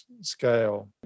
scale